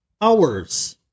hours